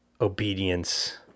obedience